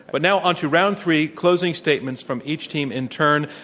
but now onto round three, closing statements from each team in t urn.